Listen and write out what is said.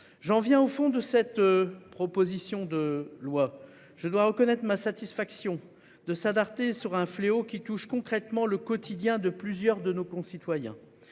J'en viens au fond de cette. Proposition de loi. Je dois reconnaître ma satisfaction de sa d'Arte sur un fléau qui touche concrètement le quotidien de plusieurs de nos concitoyens